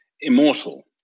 immortal